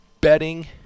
betting